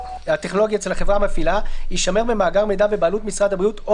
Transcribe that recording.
הטכנולוגי אצל החברה המפעילה יישמר במאגר מידע בבעלות משרד הבריאות או